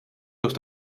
durch